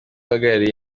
uhagarariye